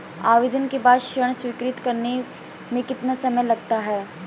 आवेदन के बाद ऋण स्वीकृत करने में कितना समय लगता है?